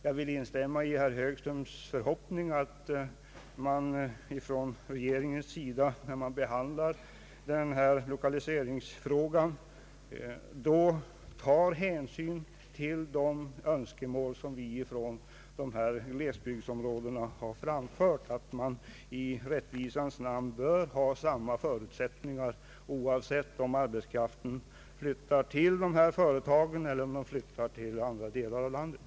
Jag vill instämma i herr Högströms förhoppning om att regeringen vid behandlingen av denna lokaliseringsfråga tar hänsyn till de önskemål som vi har framfört när det gäller dessa glesbygdsområden, nämligen att i rättvisans namn samma förutsättningar bör föreligga, oavsett om arbetskraften flyttar till glesbygdsområden eller om den flyttar till andra delar av landet.